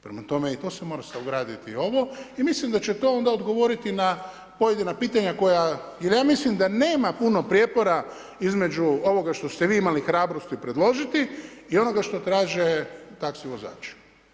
Prema tome i to se, mora se ugraditi ovo i mislim da će to onda odgovoriti na pojedina pitanja koja, jer ja mislim da nema puno prijepora između ovoga što ste vi imali hrabrosti predložiti i onoga što traže taxi vozači.